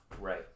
Right